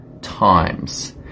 times